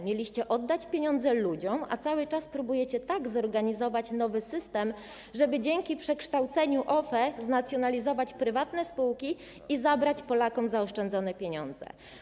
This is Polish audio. Mieliście oddać pieniądze ludziom, a cały czas próbujecie tak zorganizować nowy system, żeby dzięki przekształceniu OFE znacjonalizować prywatne spółki i zabrać Polakom zaoszczędzone pieniądze.